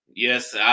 Yes